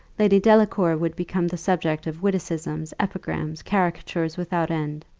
lady delacour would become the subject of witticisms, epigrams, caricatures without end.